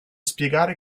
spiegare